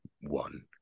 one